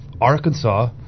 Arkansas